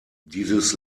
dieses